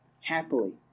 happily